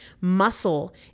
Muscle